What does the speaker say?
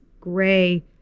gray